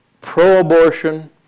pro-abortion